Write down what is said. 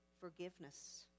forgiveness